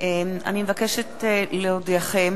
אני מבקשת להודיעכם,